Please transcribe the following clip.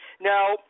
Now